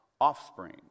offspring